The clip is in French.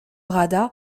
rada